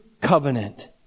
covenant